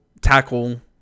tackle